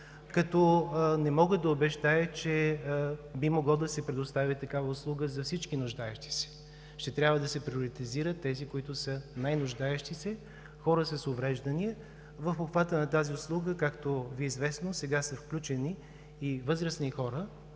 като не мога да обещая, че би могло да се предостави такава услуга за всички нуждаещи се. Ще трябва да се приоритизират тези, които са най-нуждаещи се хора с увреждания. В обхвата на тази услуга, както Ви е известно, сега са включени и възрастни хора